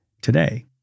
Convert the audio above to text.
today